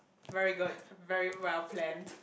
very good very well planned